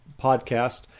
podcast